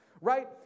right